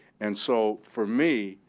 and so for me,